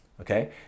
Okay